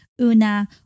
una